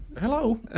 Hello